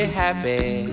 happy